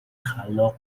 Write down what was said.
خلاق